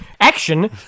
action